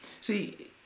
See